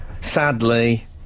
sadly